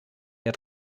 der